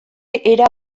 era